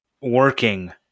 working